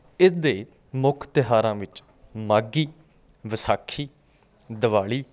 ਇਸਦੇ ਮੁੱਖ ਤਿਉਹਾਰਾਂ ਵਿੱਚ ਮਾਘੀ ਵਿਸਾਖੀ ਦੀਵਾਲੀ